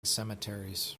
cemeteries